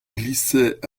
glissait